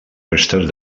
restes